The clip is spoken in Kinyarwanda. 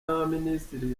y’abaminisitiri